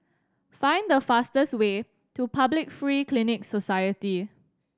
find the fastest way to Public Free Clinic Society